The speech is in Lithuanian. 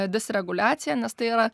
disreguliaciją nes tai yra